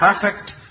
perfect